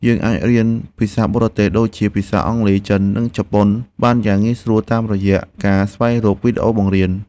យើងអាចរៀនភាសាបរទេសដូចជាភាសាអង់គ្លេស ចិន និងជប៉ុន បានយ៉ាងងាយស្រួលតាមរយៈការស្វែងរកវីដេអូបង្រៀន។